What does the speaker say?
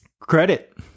credit